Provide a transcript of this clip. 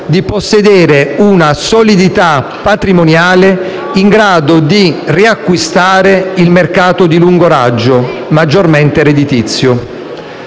di possedere una solidità patrimoniale in grado di riacquistare il mercato di lungo raggio maggiormente redditizio.